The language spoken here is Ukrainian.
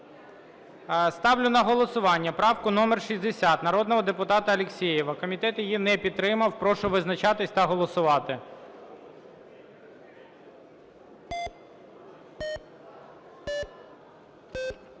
Ставлю на голосування правку номер 60 народного депутата Алєксєєва. Комітет її не підтримав. Прошу визначатись та голосувати.